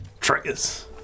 Triggers